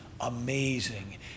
amazing